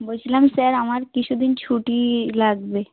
বলছিলাম স্যার আমার কিছু দিন ছুটি লাগবে